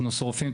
אנחנו שורפים,